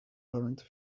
learned